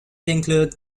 include